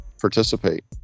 participate